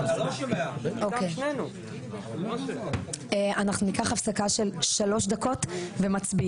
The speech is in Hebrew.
אנחנו ניקח הפסקה של 3 דקות ומצביעים.